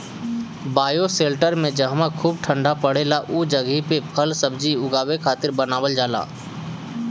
bioshelter में जहवा खूब ठण्डा पड़ेला उ जगही पे फल सब्जी उगावे खातिर बनावल जाला